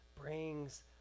brings